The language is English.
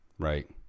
right